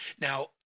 Now